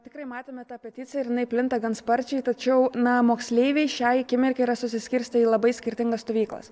tikrai matėme tą peticiją ir jinai plinta gan sparčiai tačiau na moksleiviai šiai akimirkai yra susiskirstę į labai skirtingas stovyklas